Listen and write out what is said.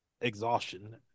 exhaustion